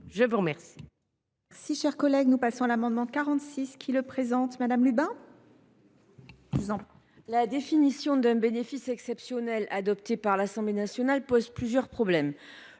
Je veux remercier